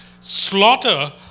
Slaughter